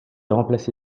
remplacé